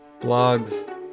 Blogs